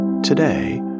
Today